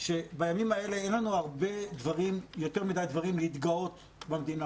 את יודעת שבימים אלה אין לנו יותר מדי דברים להתגאות במדינה.